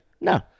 no